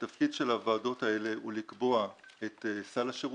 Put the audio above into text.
התפקיד של הוועדות האלה הוא לקבוע את סל השירותים,